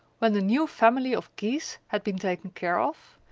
when the new family of geese had been taken care of,